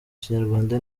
kinyarwanda